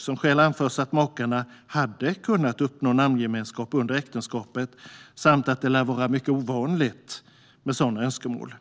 Som skäl anförs att makarna hade kunnat uppnå namngemenskap under äktenskapet samt att det lär vara mycket ovanligt med sådana önskemål.